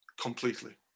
completely